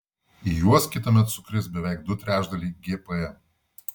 į juos kitąmet sukris beveik du trečdaliai gpm